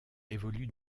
évolue